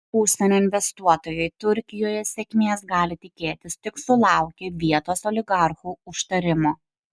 užsienio investuotojai turkijoje sėkmės gali tikėtis tik sulaukę vietos oligarchų užtarimo